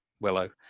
Willow